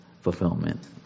fulfillment